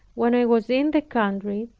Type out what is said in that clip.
when i was in the country,